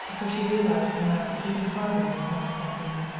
for she realized now that even harvey was not happy.